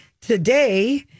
today